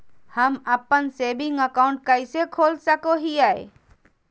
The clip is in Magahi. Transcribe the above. हम अप्पन सेविंग अकाउंट कइसे खोल सको हियै?